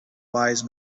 wise